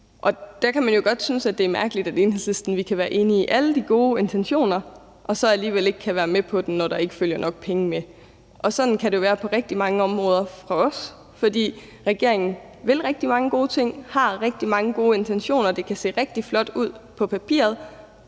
Der kan man jo godt synes, at det er mærkeligt, at vi i Enhedslisten kan være enige i alle de gode intentioner og så alligevel ikke kan være med på den, når der ikke følger nok penge med. Sådan kan det jo være på rigtig mange områder for os, for regeringen vil rigtig mange gode ting, har rigtig mange gode intentioner, og det kan se rigtig flot ud på papiret.